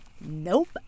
Nope